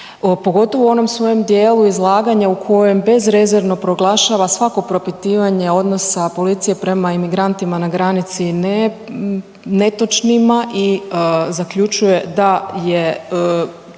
pogotovo u onom svojem dijelu izlaganja u kojem bezrezervno proglašava svako propitivanje odnosa policije prema imigrantima na granici netočnima i zaključuje da je